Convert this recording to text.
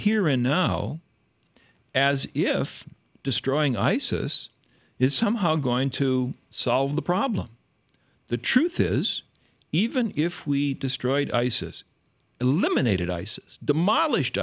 here and now as if destroying isis is somehow going to solve the problem the truth is even if we destroyed isis eliminated isis demolished